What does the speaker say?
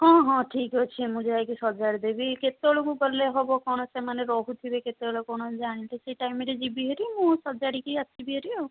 ହଁ ହଁ ଠିକ୍ ଅଛି ମୁଁ ଯାଇକି ସଜାଡ଼ି ଦେବି କେତେବେଳକୁ ଗଲେ ହେବ କ'ଣ ସେମାନେ ରହୁଥିବେ କେତେବେଳେ କ'ଣ ଜାଣିଲେ ସେହି ଟାଇମରେ ଯିବି ହେରି ମୁଁ ସଜାଡ଼ିକି ଆସିବି ହେରି ଆଉ